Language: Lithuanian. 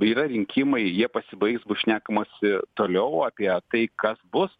yra rinkimai jie pasibaigs bus šnekamasi toliau apie tai kas bus